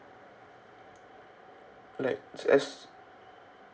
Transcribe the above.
like S